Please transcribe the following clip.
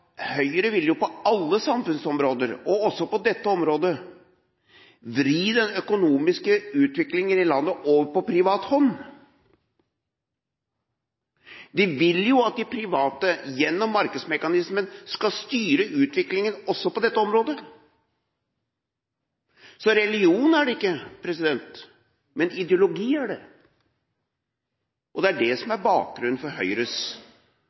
Høyre på alle samfunnsområder– også på dette området – vil vri den økonomiske utviklingen i landet over på privat hånd. De vil at private – gjennom markedsmekanismen – skal styre utviklingen også på dette området. Religion er det ikke, men ideologi er det. Det er det som er bakgrunnen for Høyres